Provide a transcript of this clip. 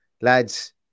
lads